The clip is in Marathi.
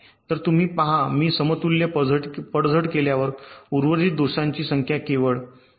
तर तुम्ही पहा मी समतुल्य पडझड केल्यावर उर्वरित दोषांची संख्या केवळ 20 आहे